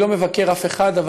אני לא מבקר אף אחד,